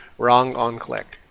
wrong onclick.